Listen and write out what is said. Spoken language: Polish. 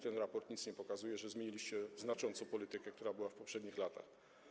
Ten raport nic nie pokazuje, że zmieniliście znacząco politykę, która była w poprzednich latach.